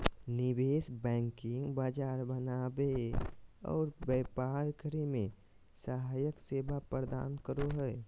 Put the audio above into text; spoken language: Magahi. निवेश बैंकिंग बाजार बनावे आर व्यापार करे मे सहायक सेवा प्रदान करो हय